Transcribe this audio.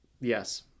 Yes